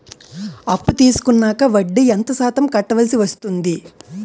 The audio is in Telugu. అప్పు తీసుకున్నాక వడ్డీ ఎంత శాతం కట్టవల్సి వస్తుంది?